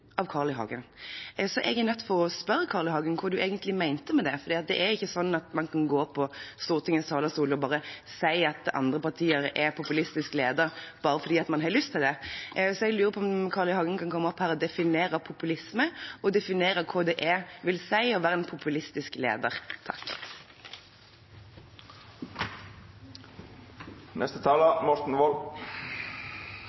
jeg er nødt til å spørre Carl I. Hagen hva han egentlig mente med det. Det er ikke slik at man kan gå på Stortingets talerstol og si at andre partier er populistisk ledet, bare fordi man har lyst til det, så jeg lurer på om Carl I. Hagen kan komme opp og definere populisme og hva det vil si å være en populistisk leder.